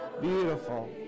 Beautiful